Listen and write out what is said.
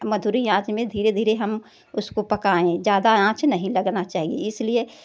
मधुरी आँच में धीरे धीरे हम उसको पकायें ज़्यादा आँच नहीं लगना चाहिए इसलिए